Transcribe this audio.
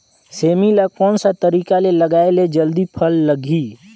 सेमी ला कोन सा तरीका से लगाय ले जल्दी फल लगही?